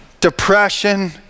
depression